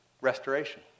restoration